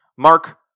Mark